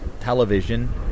television